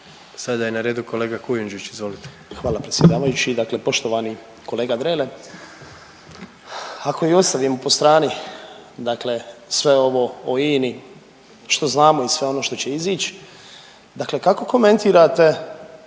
Sada je na redu kolega Kujundžić, izvolite. **Kujundžić, Ante (MOST)** Hvala predsjedavajući. Dakle poštovani kolega Drele, ako i ostavimo po strani dakle sve ovo o INA-i što znamo i sve ono što će izići, dakle kako komentirate